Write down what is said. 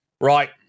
Right